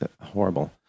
horrible